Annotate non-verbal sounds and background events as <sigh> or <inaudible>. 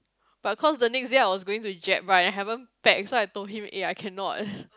but cause the next day I was going to jap right and I haven't pack so I told him eh I cannot <breath>